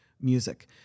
music